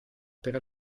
per